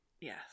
yes